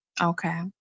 Okay